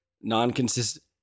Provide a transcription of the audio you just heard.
non-consistent